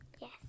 Yes